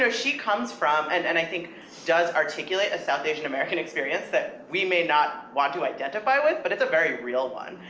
she comes from, and and i think does articulate a south asian american experience that we may not want to identify with but it's a very real one,